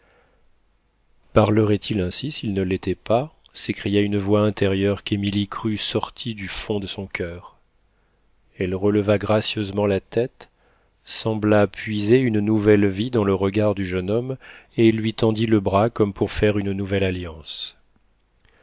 parlerait il ainsi s'il ne l'était pas s'écria une voix intérieure qu'émilie crut sortie du fond de son coeur elle releva gracieusement la tête sembla puiser une nouvelle vie dans le regard du jeune homme et lui tendit le bras comme pour faire une nouvelle alliance